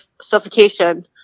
suffocation